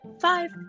five